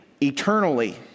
eternally